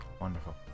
Wonderful